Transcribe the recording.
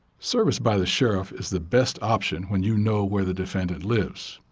service by the sheriff is the best option when you know where the defendant lives.